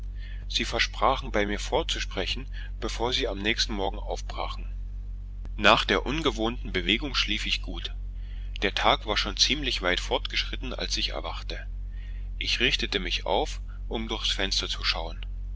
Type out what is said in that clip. sie versprachen bei mir vorzusprechen bevor sie am nächsten morgen aufbrachen nach der ungewohnten bewegung schlief ich gut der tag war schon ziemlich weit vorgeschritten als ich erwachte ich richtete mich auf um durchs fenster zu schauen